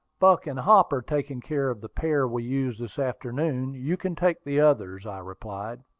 buck and hop are taking care of the pair we used this afternoon you can take the others, i replied.